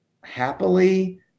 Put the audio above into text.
happily